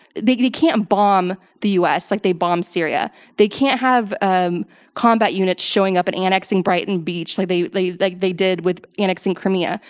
they they can't bomb the us like they bomb syria. they can't have um combat units showing up and annexing brighton beach like they they like did with annexing crimea.